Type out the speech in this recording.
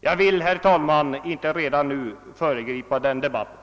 Jag vill, herr talman, inte nu föregripa den debatten.